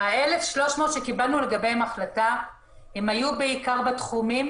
ה-1,300 שקיבלנו לגביהן החלטה היו בעיקר בתחומים